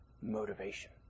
motivation